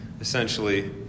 essentially